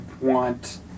want